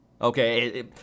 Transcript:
okay